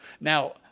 Now